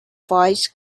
voice